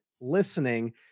listening